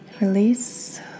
Release